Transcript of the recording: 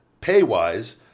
pay-wise